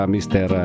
Mister